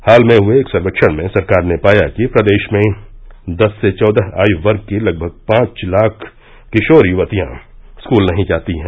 हाल में हुए एक सर्वेक्षण में सरकार ने पाया कि प्रदेश में दस से चौदह आयु वर्ग की लगभग पांच लाख किशोर युवतियां स्कूल नहीं जाती है